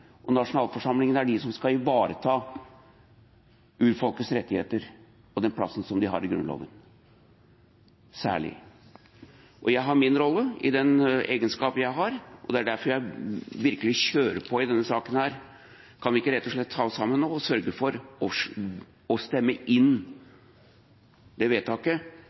særlig den plassen de har i Grunnloven. Jeg har min rolle i den egenskap jeg har, og det er derfor jeg virkelig kjører på i denne saken. Kan vi ikke rett og slett ta oss sammen nå og sørge for å stemme inn det vedtaket,